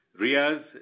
Riaz